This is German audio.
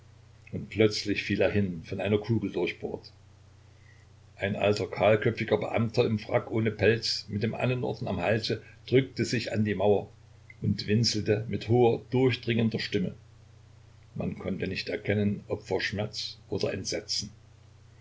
und plötzlich fiel er hin von einer kugel durchbohrt ein alter kahlköpfiger beamter im frack ohne pelz mit dem annenorden am halse drückte sich an die mauer und winselte mit hoher durchdringender stimme man konnte nicht erkennen ob vor schmerz oder entsetzen